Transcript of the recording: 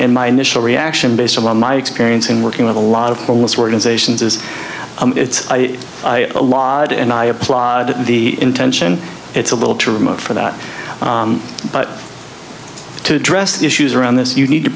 and my initial reaction based on my experience in working with a lot of homeless organizations is it's a lot and i applaud the intention it's a little too remote for that but to address the issues around this you need to